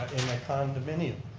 condominium,